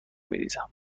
میریزم